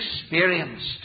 experienced